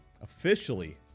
officially